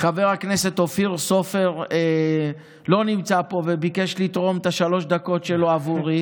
חבר הכנסת אופיר סופר לא נמצא פה וביקש לתרום את שלוש הדקות שלו לי.